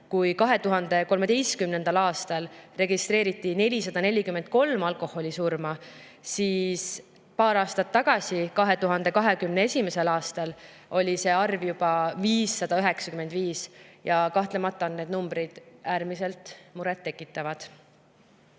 et 2013. aastal registreeriti 443 alkoholisurma, aga paar aastat tagasi, 2021. aastal oli see arv juba 595. Kahtlemata on need numbrid äärmiselt muret tekitavad. Ja